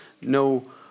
No